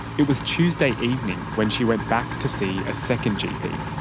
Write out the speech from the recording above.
it was tuesday evening when she went back to see a second gp.